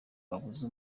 abuze